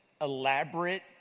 elaborate